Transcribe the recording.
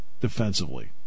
defensively